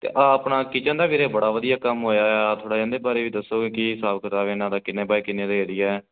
ਅਤੇ ਆਹ ਆਪਣਾ ਕਿਚਨ ਦਾ ਵੀਰੇ ਬੜਾ ਵਧੀਆ ਕੰਮ ਹੋਇਆ ਹੋਇਆ ਥੋੜ੍ਹਾ ਜਿਹਾ ਇਹਦੇ ਬਾਰੇ ਵੀ ਦੱਸੋ ਕੀ ਹਿਸਾਬ ਕਿਤਾਬ ਇਹਨਾਂ ਦਾ ਕਿੰਨੇ ਬਾਏ ਕਿੰਨੇ ਦਾ ਏਰੀਆ